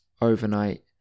overnight